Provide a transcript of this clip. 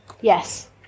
yes